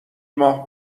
ماه